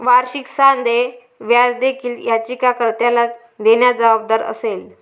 वार्षिक साधे व्याज देखील याचिका कर्त्याला देण्यास जबाबदार असेल